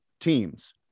teams